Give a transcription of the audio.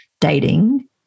dating